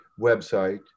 website